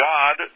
God